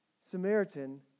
Samaritan